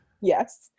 yes